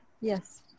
Yes